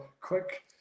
quick